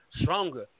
stronger